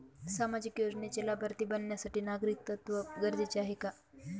सामाजिक योजनेचे लाभार्थी बनण्यासाठी नागरिकत्व गरजेचे आहे का?